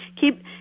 Keep